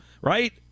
right